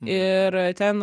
ir ten